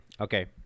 Okay